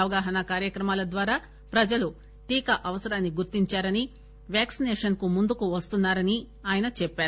అవగాహన కార్యక్రమాల ద్వారా ప్రజలు టీకా అవసరాన్ని గుర్తించారని వ్యాక్పినేషన్ కు ముందుకు వస్తున్నా రని ఆయన చెప్పారు